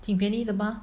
挺便宜的吗